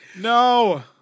No